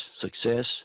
success